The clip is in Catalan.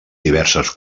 diverses